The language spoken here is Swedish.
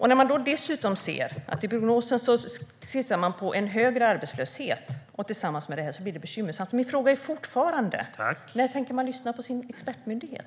I prognosen skissar man dessutom på en högre arbetslöshet. Tillsammans blir det bekymmersamt. Min fråga är fortfarande: När tänker regeringen lyssna på sin expertmyndighet?